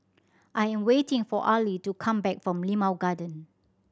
I am waiting for Arly to come back from Limau Garden